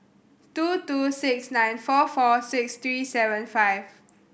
two two six nine four four six three seven five